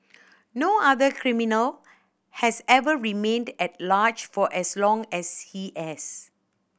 no other criminal has ever remained at large for as long as he as